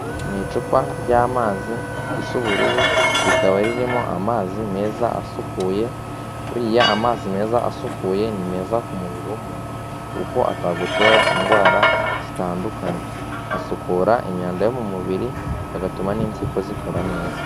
Ni icupa ry'amazi risa ubururu, rikaba ririmo amazi meza asukuye, buriya amazi meza asukuye ni meza ku mubiri w'umuntu kuko atagutera indwara zitandukanye, asukura imyanda yo mu mubiri agatuma n'impyiko zikora neza.